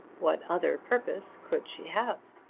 what other purpose could she have